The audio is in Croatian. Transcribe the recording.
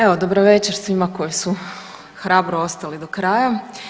Evo, dobra večer svima koji su hrabro ostali do kraja.